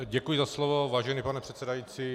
Děkuji za slovo, vážený pane předsedající.